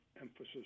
emphasis